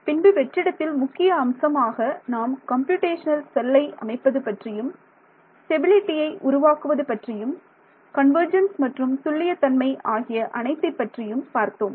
பின்பு வெற்றிடத்தில் முக்கிய அம்சமாக நாம் கம்ப்யூடேஷனல் செல்லை அமைப்பது பற்றியும் ஸ்டெபிலிட்டியை உருவாக்குவது பற்றியும் கன்வர்ஜென்ஸ் மற்றும் துல்லியத்தன்மை ஆகிய அனைத்தை பற்றியும் பார்த்தோம்